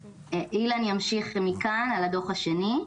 אילן מוריץ ממשרדנו ימשיך מכאן לגבי הדוח השני.